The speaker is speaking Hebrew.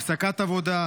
הפסקת עבודה,